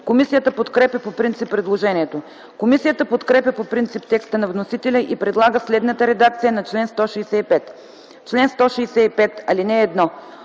Комисията подкрепя по принцип предложението. Комисията подкрепя по принцип текста на вносителя и предлага следната редакция на чл. 165: „Чл. 165. (1) Който